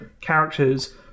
characters